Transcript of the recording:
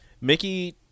Mickey